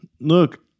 Look